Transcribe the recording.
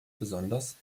besonders